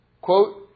quote